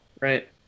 right